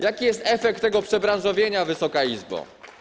Jaki jest efekt tego przebranżowienia, Wysoka Izbo?